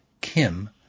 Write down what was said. Kim